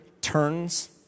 turns